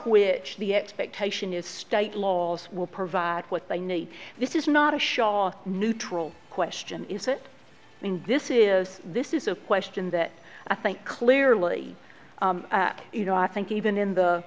which the expectation is state laws will provide what they need this is not a shaw neutral question is it and this is this is a question that i think clearly you know i think even in the